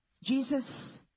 Jesus